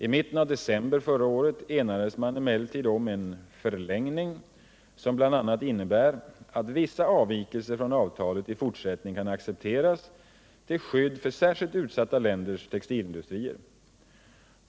I mitten av december förra året enades man emellertid om en förlängning, som bl.a. innebär att vissa avvikelser från avtalet i fortsättningen kan accepteras till skydd för särskilt utsatta länders textilindustrier.